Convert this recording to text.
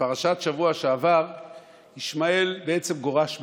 בפרשת השבוע שעבר ישמעאל בעצם גורש מהבית,